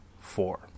four